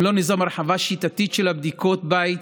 אם לא ניזום הרחבה שיטתית של בדיקות בית